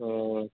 اوہ